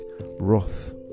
wrath